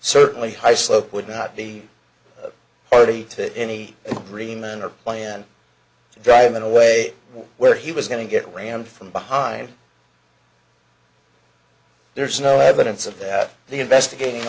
certainly hyslop would not be a party to any agreement or plan to drive in a way where he was going to get ran from behind there's no evidence of that the investigating